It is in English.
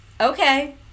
okay